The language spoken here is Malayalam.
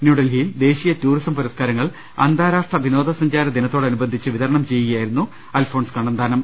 ന്യൂഡൽഹിയിൽ ദേശീയ ടൂറിസം പുരസ്കാരങ്ങൾ അന്താരാഷ്ട്ര വിനോദസഞ്ചാരദിനത്തോടനുബന്ധിച്ച് വിതരണം ചെയ്യുകയായിരുന്നു അദ്ദേഹം